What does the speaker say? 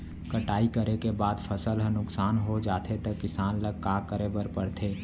कटाई करे के बाद फसल ह नुकसान हो जाथे त किसान ल का करे बर पढ़थे?